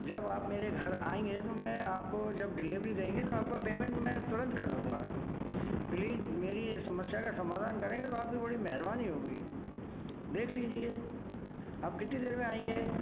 जब आप मेरे घर आएँगे तो मैं आपको जब डिलीवरी देंगे तो आपका पेमेंट मैं तुरंत कर दूँगा प्लीज मेरी समस्या का समाधान करेंगे तो आपकी बड़ी मेहरबानी होगी देख लीजिए आप कितनी देर में आएँगे